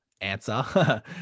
answer